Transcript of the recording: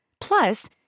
Plus